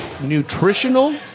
nutritional